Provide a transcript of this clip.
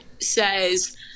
says